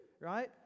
right